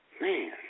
Man